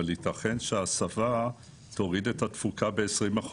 אבל ייתכן שההסבה תוריד את התפוקה ב-20%.